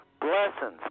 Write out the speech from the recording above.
blessings